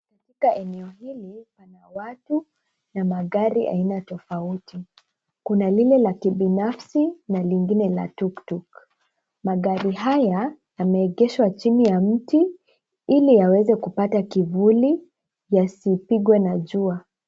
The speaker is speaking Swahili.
Katika eneo hili kuna watu na magari aina tofauti. Kuna lile la kibinafsi na lingine la tuktuk. Magari haya yameegeshwa chini ya mti ili yaweze kupata kivuli yasipigwe na jua.